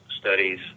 studies